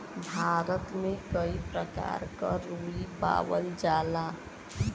भारत में कई परकार क रुई पावल जाला